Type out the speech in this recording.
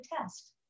test